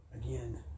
again